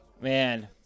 man